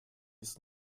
ist